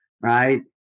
right